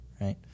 right